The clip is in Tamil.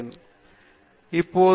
பேராசிரியர் பிரதாப் ஹரிதாஸ் சரி